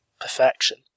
perfection